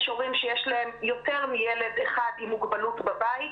יש הורים שיש להם יותר מילד אחד עם מוגבלות בבית,